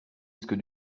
disque